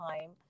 time